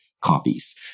copies